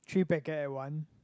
three packet at one